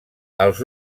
els